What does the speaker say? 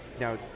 now